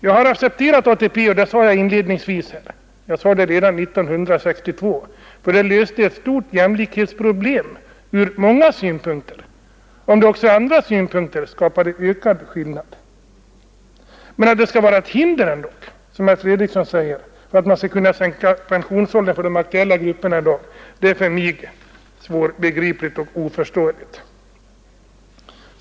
Jag har accepterat ATP — det sade jag inledningsvis här, och jag sade det redan 1962 — därför att systemet löste ett stort jämlikhetsproblem ur många synpunkter, om det också ur andra synpunkter skapade ökad skillnad. Men att ATP skall vara ett hinder, som herr Fredriksson säger, för att sänka pensionsåldern för de aktuella grupperna i dag, det är för mig oförståeligt.